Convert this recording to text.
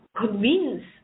convince